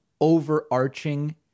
overarching